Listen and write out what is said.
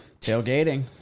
Tailgating